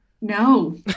No